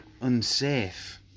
unsafe